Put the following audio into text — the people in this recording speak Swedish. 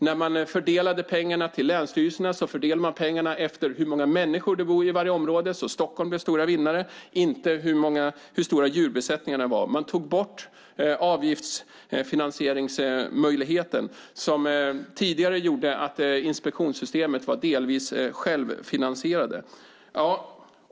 När man fördelade pengarna till länsstyrelserna fördelade man dem efter hur många människor det bor i varje område, så Stockholm blev stora vinnare, och inte efter hur stora djurbesättningarna var. Man tog bort avgiftsfinansieringsmöjligheten som tidigare gjorde att inspektionssystemet var delvis självfinansierat.